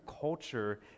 culture